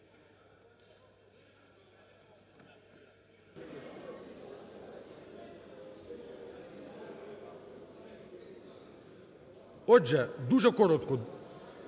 Отже, дуже коротко.